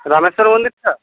রামেশ্বর মন্দিরটা